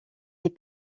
est